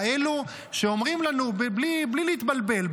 כאלו שאומרים לנו בלי להתבלבל,